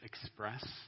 express